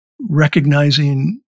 recognizing